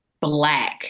black